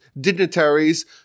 dignitaries